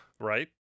right